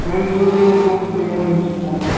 میٚم بہٕ حظ یمہِ برٛونٛہہ کُن بہٕ یمہِ وۅنۍ سکوٗل